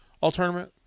all-tournament